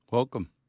Welcome